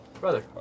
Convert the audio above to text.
Brother